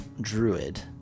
druid